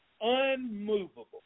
unmovable